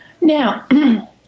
Now